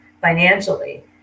financially